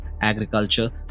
agriculture